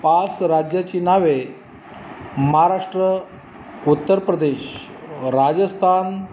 पाच राज्याची नावे महाराष्ट्र उत्तरप्रदेश राजस्थान